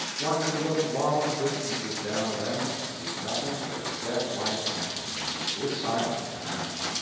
one could look long distances down them and see nothing but a dead-white emptiness, with silence to match.